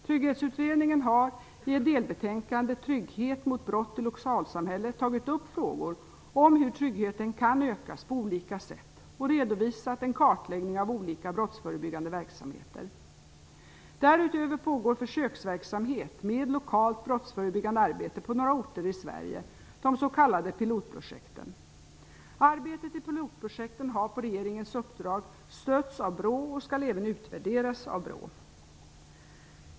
Trygghetsutredningen har i ett delbetänkande, Trygghet mot brott i lokalsamhället, tagit upp frågor om hur tryggheten kan ökas på olika sätt och redovisat en kartläggning av olika brottsförebyggande verksamheter. Därutöver pågår försöksverksamhet med lokalt brottsförebyggande arbete på några orter i Sverige, de s.k. Pilotprojekten. Arbetet i Pilotprojekten har på regeringens uppdrag stötts av BRÅ och skall även utvärderas av BRÅ.